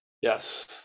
yes